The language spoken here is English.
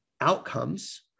outcomes